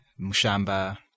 mushamba